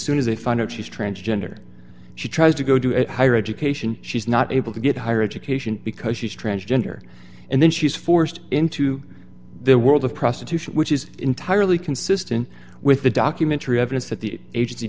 soon as they find out she's transgender she tries to go to a higher education she's not able to get higher education because she's transgender and then she's forced into their world of prostitution which is entirely consistent with the documentary evidence that the agency